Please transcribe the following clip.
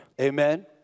Amen